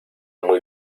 muy